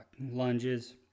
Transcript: Lunges